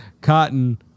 cotton